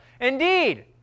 Indeed